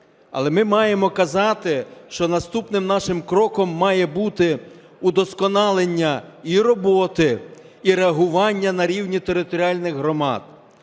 Але ми маємо казати, що наступним нашим кроком має бути удосконалення і роботи, і реагування на рівні територіальних громад.